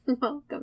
Welcome